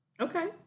Okay